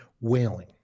wailing